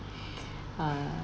err